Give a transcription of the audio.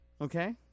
okay